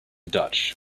dutch